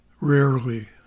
Rarely